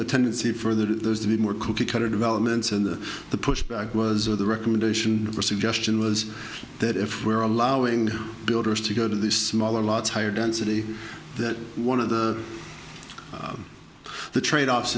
a tendency for the to be more cookie cutter developments in the the pushback was or the recommendation for suggestion was that if we are allowing builders to go to these smaller lots higher density that one of the the trade offs